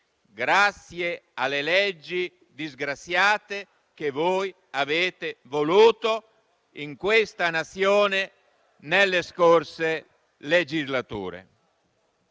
grazie alle leggi disgraziate che voi avete voluto in questa Nazione nelle scorse legislature.